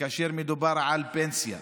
וכאשר מדובר על פנסיה,